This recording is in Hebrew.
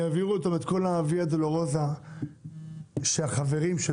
יעבירו אותו את כל הויה דולורוזה שהחברים של